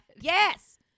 Yes